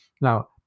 Now